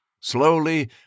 Slowly